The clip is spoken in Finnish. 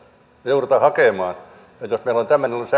ne joudutaan hakemaan eli jos meillä on tämmöinen